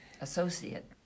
associate